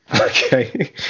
Okay